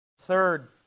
Third